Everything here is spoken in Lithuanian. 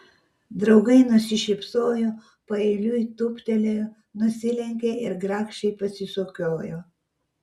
draugai nusišypsojo paeiliui tūptelėjo nusilenkė ir grakščiai pasisukiojo